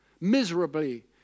miserably